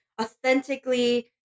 authentically